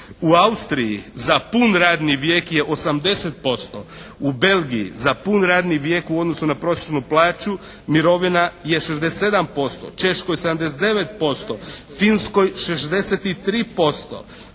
U Austriji za pun radni vijek je 80%, u Belgiji za pun radni vijek u odnosu na prosječnu plaću mirovina je 67%. Češkoj 79%, Finskoj 63%,